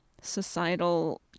societal